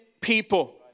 people